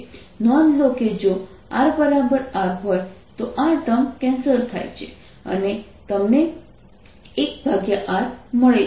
નોંધ લો કે જો rR હોય તો આ ટર્મ કેન્સલ થાય છે અને તમને 1Rમળે છે જે બરાબર હોવું જોઈએ